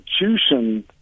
institution